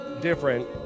different